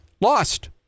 lost